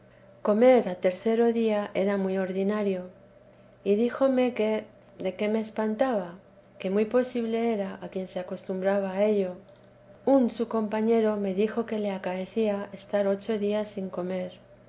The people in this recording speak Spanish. comer a tercero día era muy ordinario y díjome que de qué me espantaba que muy posible era a quien se acostumbraba a ello un su compañero me dijo que le acaecía estar ocho días sin comer